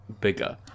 bigger